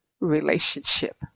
relationship